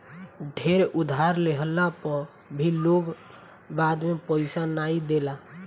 ढेर उधार लेहला पअ भी लोग बाद में पईसा नाइ देला